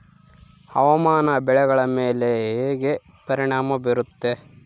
ಹವಾಮಾನ ಬೆಳೆಗಳ ಮೇಲೆ ಹೇಗೆ ಪರಿಣಾಮ ಬೇರುತ್ತೆ?